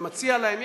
ומציע להם,